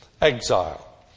exile